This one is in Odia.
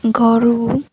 ଘରୁ